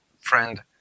friend